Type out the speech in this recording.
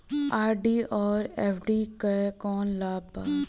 RD और FD क कौन कौन लाभ बा?